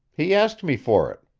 he asked me for it.